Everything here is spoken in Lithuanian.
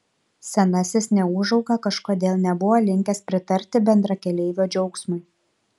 senasis neūžauga kažkodėl nebuvo linkęs pritarti bendrakeleivio džiaugsmui